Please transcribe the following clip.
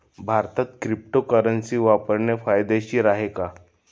भारतात क्रिप्टोकरन्सी वापरणे कायदेशीर आहे का?